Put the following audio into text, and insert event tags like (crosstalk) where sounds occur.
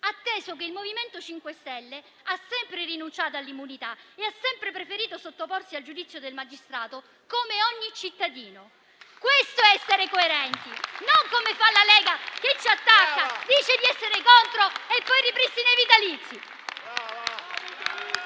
atteso che il MoVimento 5 Stelle ha sempre rinunciato all'immunità e ha sempre preferito sottoporsi al giudizio del magistrato, come ogni cittadino. (applause) Questo è essere coerenti e non, come fa la Lega, che ci attacca, dice di essere contro e poi ripristina i vitalizi.